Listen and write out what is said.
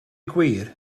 gwir